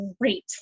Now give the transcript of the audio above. great